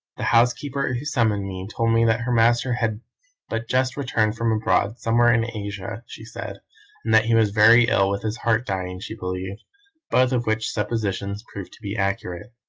the housekeeper who summoned me told me that her master had but just returned from abroad, somewhere in asia, she said, and that he was very ill with his heart dying, she believed both of which suppositions proved to be accurate.